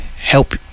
help